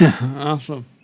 Awesome